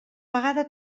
vegada